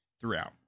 throughout